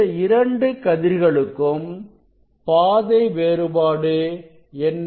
இந்த இரண்டு கதிர்களுக்கும் பாதை வேறுபாடு என்ன